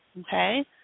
okay